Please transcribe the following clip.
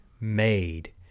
made